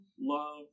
love